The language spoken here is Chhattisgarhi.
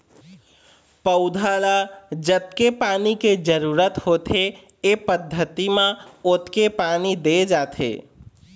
पउधा ल जतके पानी के जरूरत होथे ए पद्यति म ओतके पानी दे जाथे